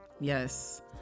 Yes